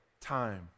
time